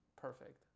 perfect